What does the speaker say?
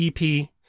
EP